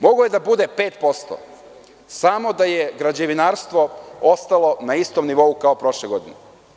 Moglo je da bude 5%, samo da je građevinarstvo ostalo na istom nivou kao prošle godine.